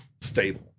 stable